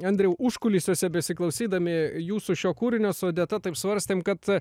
andriau užkulisiuose besiklausydami jūsų šio kūrinio su odeta taip svarstėm kad